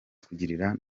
kugirira